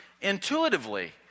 intuitively